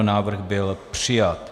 Návrh byl přijat.